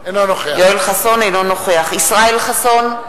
אינו נוכח ישראל חסון,